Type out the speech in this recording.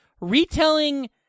retelling